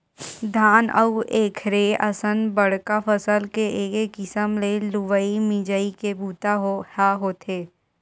धान अउ एखरे असन बड़का फसल के एके किसम ले लुवई मिजई के बूता ह होथे